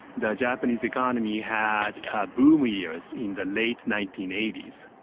the japanese economy had boom years in the late nineteen eighty s,